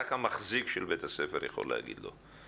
רק המחזיק של בית הספר יכול להגיד לו,